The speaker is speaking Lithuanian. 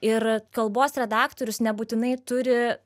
ir kalbos redaktorius nebūtinai turi